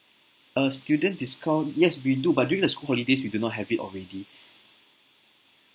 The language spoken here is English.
uh student discount yes we do but during the school holidays we do not have it already